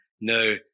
no